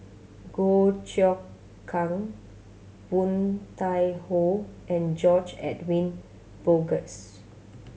Goh Choon Kang Woon Tai Ho and George Edwin Bogaars